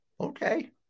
Okay